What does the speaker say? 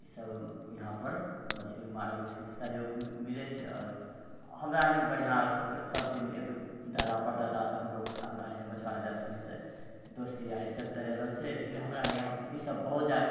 ई सभ यहाँपर मछली मारैमे सहयोग मिलै छै आओर हमरा सनि बढ़ियाँ सभ दिन एक दादा परदादासँ हम लोग हमरारि मछुआरा जाति सनिसँ दोस्ती यारी चलिते रहलो छै इसिलियै हमरारि यहाँ ई सभ बहुत जादा